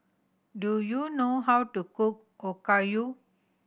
do you know how to cook Okayu